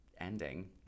ending